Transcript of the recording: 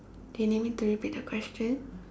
do you need me to repeat the question